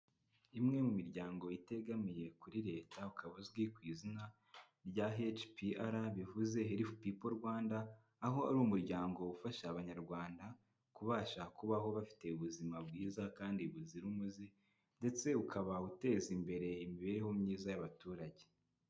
Imwe mu miryango itegamiye kuri leta ukaba uzwi ku izina rya HPR, bivuze helifu pipo Rwanda, aho ari umuryango ufasha abanyarwanda, kubasha kubaho bafite ubuzima bwiza kandi buzira umuze, ndetse ukaba uteza imbere imibereho myiza y'abaturage.